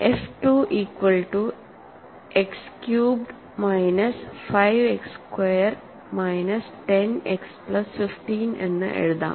F 2 equal to x cubed minus 5 x squared minus 10 x plus 15 എന്ന് എഴുതാം